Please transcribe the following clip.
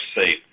safe